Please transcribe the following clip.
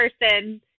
person